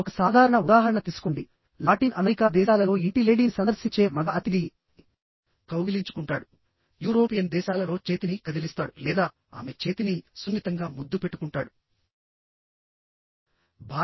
ఒక సాధారణ ఉదాహరణ తీసుకోండి లాటిన్ అమెరికా దేశాలలో ఇంటి లేడీని సందర్శించే మగ అతిథి కౌగిలించుకుంటాడు యూరోపియన్ దేశాలలో చేతిని కదిలిస్తాడు లేదా ఆమె చేతిని సున్నితంగా ముద్దు పెట్టుకుంటాడు